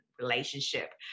relationship